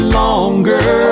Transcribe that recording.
longer